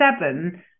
seven